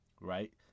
Right